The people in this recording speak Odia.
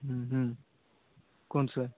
ହୁଁ କୁହନ୍ତୁ ସାର୍